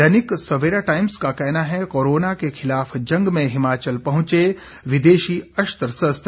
दैनिक Savera times का कहना है कोरोना के खिलाफ जंग में हिमाचल पहुंचे विदेशी अस्त्र शस्त्र